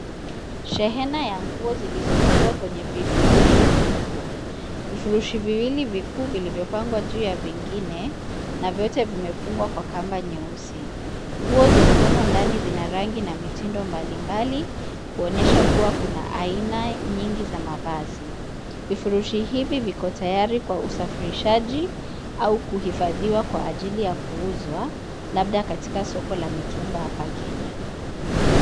Shehena ya nguo zilizofungwa kwenye vifurushi vikubwa. Vifurushi viwili vikuu vilivypangwa juu ya vingine na vyote vimefungwa kwa kamba nyeusi. Nguo zilizomo ndani zina rangi na mitindo mbalimbali, kuonyesha kuwa kuna aina nyingi za mavazi. Vifurushi hivi viko tayari kwa usafirishaji au kuhifadhiwa kwa ajili ya kuuzwa, labda katika soko la mitumba hapa Kenya.